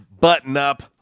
button-up